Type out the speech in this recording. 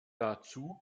dazu